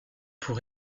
pour